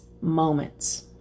moments